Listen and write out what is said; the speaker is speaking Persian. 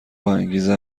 باانگیزه